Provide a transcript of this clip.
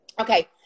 Okay